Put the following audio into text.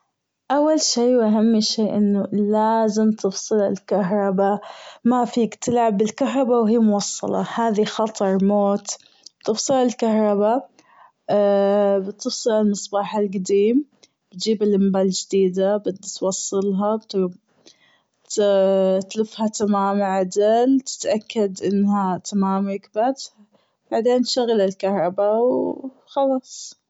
أول شي وأهم شي أنه لازم تفصل الكهربا مافيك تلعب بالكهربا وهي موصلة هذي خطر موت بتفصل الكهربا بتفصل المصباح الجديم بتجيب اللمبه الجديدة بتوصلها بتلفها تمام عدل تتأكد انها تمام ركبت وبعدين تشغل الكهربا وخلاص.